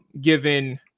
given